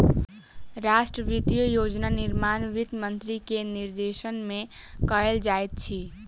राष्ट्रक वित्तीय योजना निर्माण वित्त मंत्री के निर्देशन में कयल जाइत अछि